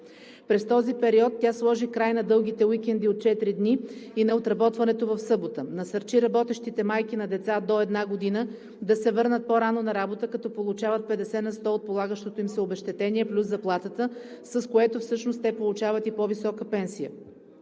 През този период тя сложи край на дългите уикенди от четири дни и на отработването в събота. Насърчи работещите майки на деца до една година да се върнат по рано на работа, като получават 50 на 100 от полагащото им се обезщетение плюс заплатата, с което всъщност те получават и по висока пенсия.